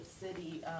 city